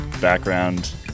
background